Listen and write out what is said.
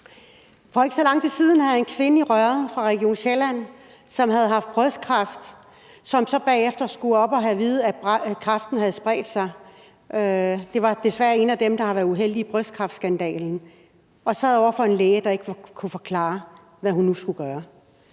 For ikke så lang tid siden havde jeg en kvinde i røret fra Region Sjælland, som havde haft brystkræft, og som så bagefter skulle op og have at vide, at kræften havde spredt sig. Det var desværre en af dem, der havde været uheldige i brystkræftskandalen, og som sad over for en læge, der ikke kunne forklare, hvad hun nu skulle gøre.